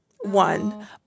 one